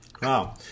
Wow